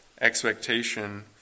expectation